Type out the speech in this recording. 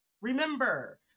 remember